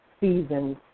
seasons